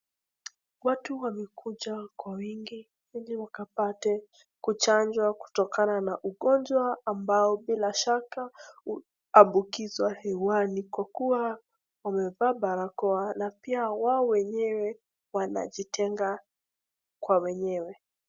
Watu wamekuja kwa wingi ili wakapate kuchanjwa kutokana na ugonjwa ambao bila shaka umeambukizwa hewani kwa kuwa wamevaa barakoa na pia wao wenyewe wanajitenga kwa wenyewe.